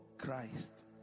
Christ